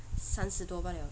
三十多罢了:san shi duo ba liao